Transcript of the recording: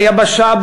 ביבשה,